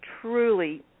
truly